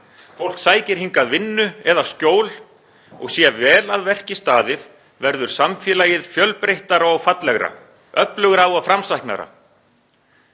Fólk sækir hingað vinnu eða skjól og sé vel að verki staðið verður samfélagið fjölbreyttara og fallegra, öflugra og framsæknara.